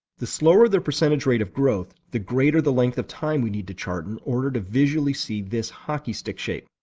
the slower the percentage rate of growth, the greater the length of time we'd need to chart in order to visually see this hockey stick shape.